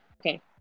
okay